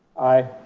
aye.